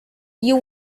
you